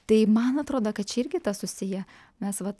tai man atrodo kad čia irgi tas susiję mes vat